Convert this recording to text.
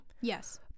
Yes